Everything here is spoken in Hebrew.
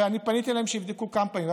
ואני פניתי אליהם שיבדקו כמה פעמים,